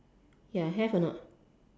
ya have or not